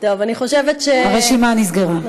הרשימה נסגרה.